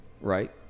right